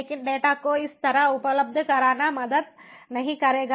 लेकिन डेटा को इस तरह उपलब्ध कराना मदद नहीं करेगा